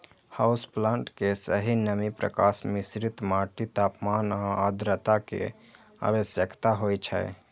house plant कें सही नमी, प्रकाश, मिश्रित माटि, तापमान आ आद्रता के आवश्यकता होइ छै